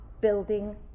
building